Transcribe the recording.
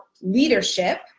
leadership